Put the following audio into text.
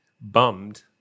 bummed